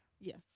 Yes